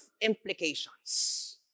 implications